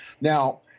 now